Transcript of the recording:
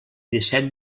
disset